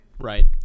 Right